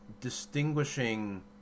Distinguishing